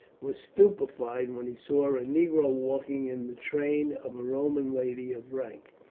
was stupefied when he saw a negro walking in the train of a roman lady of rank.